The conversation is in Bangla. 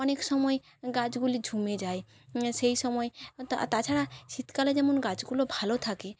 অনেক সময় গাছগুলি ঝুমে যায় সেই সময় তাছাড়া শীতকালে যেমন গাছগুলো ভালো থাকে